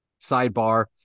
sidebar